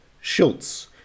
Schultz